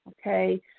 Okay